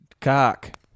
cock